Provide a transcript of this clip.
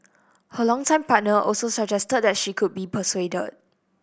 her longtime partner also suggested that she could be persuaded